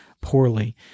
poorly